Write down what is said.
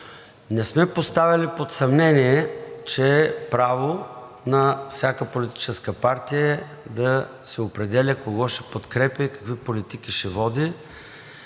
не сме поставяли под съмнение, че е право на всяка политическа партия да си определя кого ще подкрепя и какви политики ще води,